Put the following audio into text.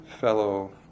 fellow